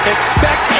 Expect